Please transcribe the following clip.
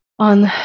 On